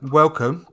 welcome